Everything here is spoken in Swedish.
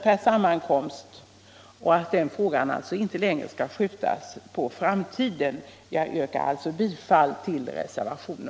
per sammankomst och att den frågan alltså inte längre skall skjutas på framtiden.